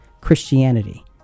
Christianity